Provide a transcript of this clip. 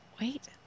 Wait